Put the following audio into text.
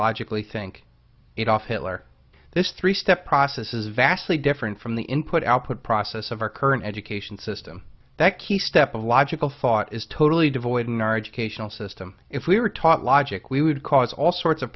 logically thing take it off hitler this three step process is vastly different from the input output process of our current education system that key step of logical thought is totally devoid in our educational system if we were taught logic we would cause all sorts of